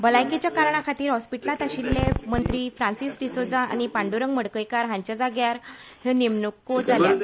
भलायकेच्या कारणा खातीर हॉस्पिटलांत आशिल्ले मंत्री फ्रांसिस डिसोझा आनी पांड्ररंग मडकयकार हांच्या जाग्यार ह्यो नेमण्को जाल्यात